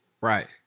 right